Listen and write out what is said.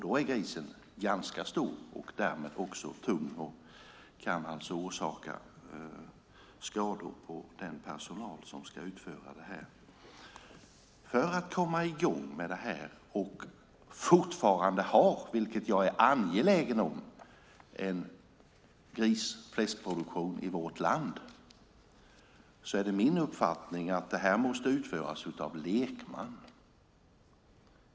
Då är grisen ganska stor och därmed tung och kan alltså orsaka skador på den personal som ska utföra vaccineringen. För att komma i gång med vaccineringen och fortfarande ha, vilket jag är angelägen om, en fläskproduktion i vårt land är det min uppfattning att den måste utföras av lekmän.